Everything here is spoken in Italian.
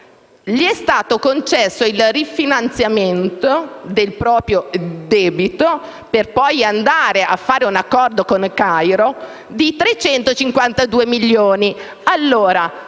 è stato concesso il rifinanziamento del proprio debito, per poi andare a fare un accordo con Cairo, di 352 milioni.